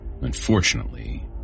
Unfortunately